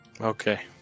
Okay